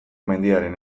mendiaren